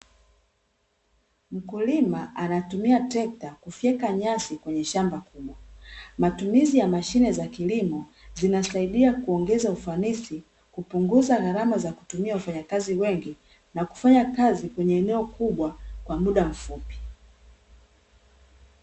Mkulima anatumia trekta kufyeka nyasi kwenye shambani kubwa, matumizi ya mashine za kilimo zinasaidia kuongeza ufanisi kupunguza gharama za kutumia wafanyakazi wengi na kufanya kazi kwenye eneo kubwa kwa muda mfupi.